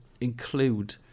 include